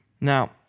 Now